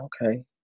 okay